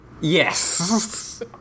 Yes